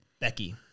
Becky